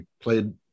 played